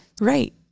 Right